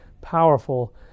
powerful